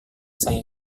saya